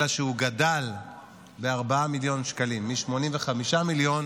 אלא שהוא גדל ב-4 מיליון שקלים, מ-85 מיליון